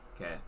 okay